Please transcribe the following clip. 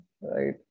right